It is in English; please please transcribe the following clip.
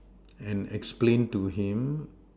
and explained to him